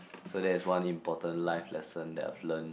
so there is one important life lesson that I've learnt